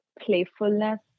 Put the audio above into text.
playfulness